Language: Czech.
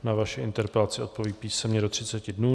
Na vaši interpelaci odpoví písemně do třiceti dnů.